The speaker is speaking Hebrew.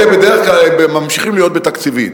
אלה בדרך כלל ממשיכים להיות בתקציבית.